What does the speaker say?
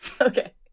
Okay